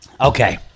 okay